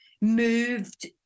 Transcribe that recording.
moved